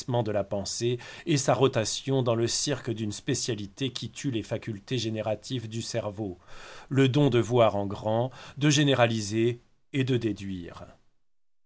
de la pensée et sa rotation dans le cirque d'une spécialité qui tue les facultés génératives du cerveau le don de voir en grand de généraliser et de déduire